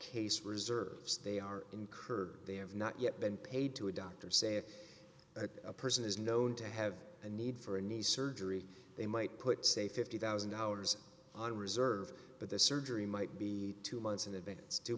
case reserves they are incurred they have not yet been paid to a doctor say if a person is known to have a need for a nice surgery they might put say fifty thousand dollars on reserve but the surgery might be two months in advance